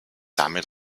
damit